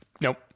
Nope